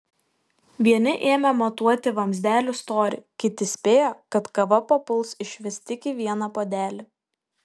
vieni ėmė matuoti vamzdelių storį kiti spėjo kad kava papuls išvis tik į vieną puodelį